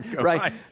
right